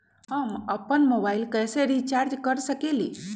हम अपन मोबाइल कैसे रिचार्ज कर सकेली?